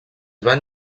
van